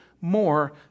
more